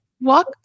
walk